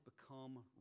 become